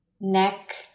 Neck